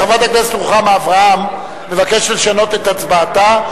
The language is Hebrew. חברת הכנסת רוחמה אברהם מבקשת לשנות את הצבעתה.